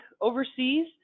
overseas